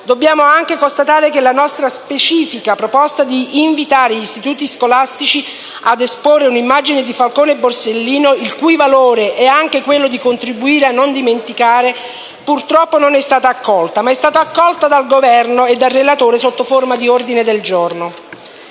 dobbiamo anche constatare che la nostra specifica proposta di invitare gli stessi istituti scolastici a esporre un'immagine di Falcone e Borsellino, il cui valore è anche quello di contribuire a non dimenticare, purtroppo non è stata accolta, ma è stato accolta dal Governo e dal relatore sottoforma di ordine del giorno.